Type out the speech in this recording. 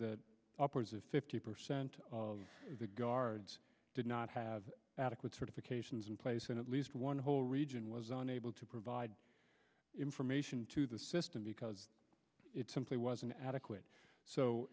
that upwards of fifty percent of the guards did not have adequate certifications in place and at least one whole region was unable to provide information to the system because it simply wasn't adequate so